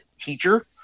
teacher